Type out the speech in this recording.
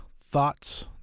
thoughts